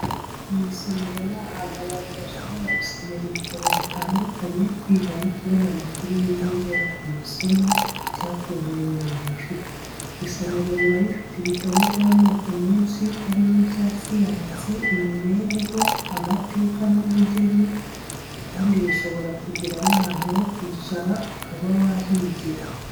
Mu isomero ni ahantu abantu bashobora gusomera ibitabo bitandukanye, kwiga no kubona amakuru y'inyongera ku masomo, cyangwa ku bumenyi umuntu afite. Isomero riba rifite ibitabo by'amoko menshi, harimo ibya siyansi, imibereho, amateka n'ubugeni kandi rishobora kugira n'ahantu ho kwicara ukaba wahigira.